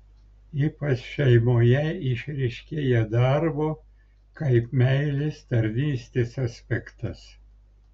ypač šeimoje išryškėja darbo kaip meilės tarnystės aspektas